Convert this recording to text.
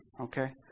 Okay